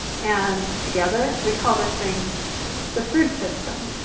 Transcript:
and together we call those things the food system,